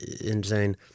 insane